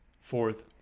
fourth